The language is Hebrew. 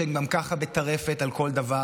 שהן גם ככה בטרפת על כל דבר,